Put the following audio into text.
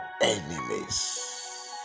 enemies